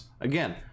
Again